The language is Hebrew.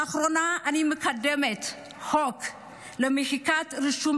לאחרונה אני מקדמת חוק למחיקת רישום